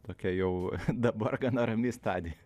tokia jau dabar gana rami stadija